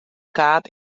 kaart